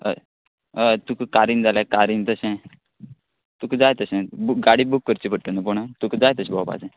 अय अय तुक कारीन जाल्या कारीन तशें तुक जाय तशें बू गाडी बूक करची पडटली न्हू पूण तुक जाय तशें भोंवपाचें